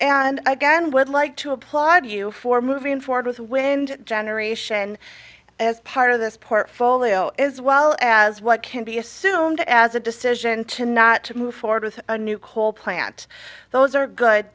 again would like to applaud you for moving forward with wind generation as part of this portfolio is well as what can be assumed as a decision to not to move forward with a new coal plant those are good